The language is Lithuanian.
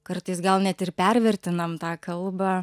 kartais gal net ir pervertinam tą kalbą